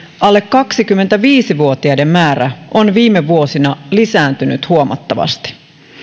alle kaksikymmentäviisi vuotiaiden määrä on viime vuosina lisääntynyt huomattavasti